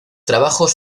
trabajos